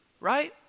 right